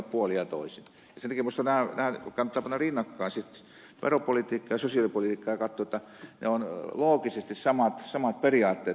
sen takia minusta nämä kannattaa panna rinnakkain sitten veropolitiikka ja sosiaalipolitiikka ja katsoa jotta ne ovat loogisesti samat samat periaatteet toimivat molemmissa